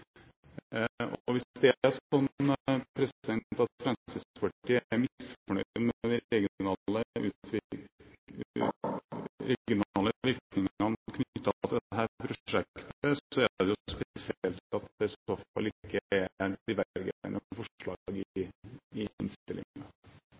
Hvis det er sånn at Fremskrittspartiet er misfornøyd med de regionale virkningene knyttet til dette prosjektet, er det jo spesielt at det i så fall ikke er divergerende forslag i